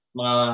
mga